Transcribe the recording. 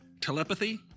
Telepathy